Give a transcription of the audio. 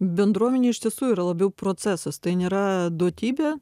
bendruomenė iš tiesų yra labiau procesas tai nėra duotybė